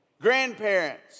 Grandparents